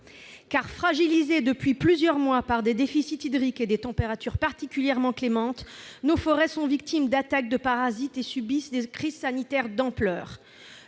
Fragilisées depuis plusieurs mois par des déficits hydriques et des températures particulièrement clémentes, nos forêts sont victimes d'attaques de parasites et subissent des crises sanitaires d'ampleur.